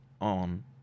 on